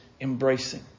embracing